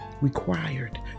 required